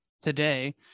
today